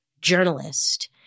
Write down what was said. journalist